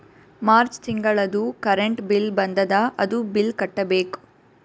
March ತಿಂಗಳದೂ current bill ಬಂದದ, ಅದೂ ಬಿಲ್ ಕಟ್ಟಬೇಕ್